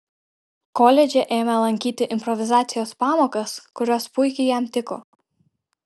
koledže ėmė lankyti improvizacijos pamokas kurios puikiai jam tiko